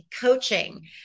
coaching